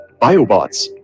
biobots